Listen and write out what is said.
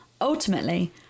Ultimately